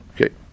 Okay